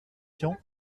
tian